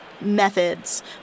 methods